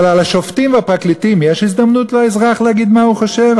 אבל על השופטים והפרקליטים יש הזדמנות לאזרח להגיד מה הוא חושב?